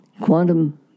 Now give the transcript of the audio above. Quantum